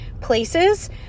places